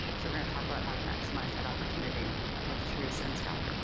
so we're gonna talk about how to maximize that opportunity with theresa and scott.